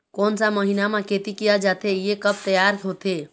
कोन सा महीना मा खेती किया जाथे ये कब तक तियार होथे?